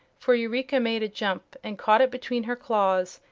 for eureka made a jump and caught it between her claws,